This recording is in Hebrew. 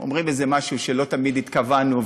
אומרים איזה משהו שלא תמיד התכוונו,